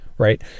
right